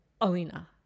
Alina